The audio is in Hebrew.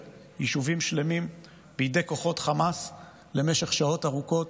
יישובים שלמים בידי כוחות חמאס למשך שעות ארוכות,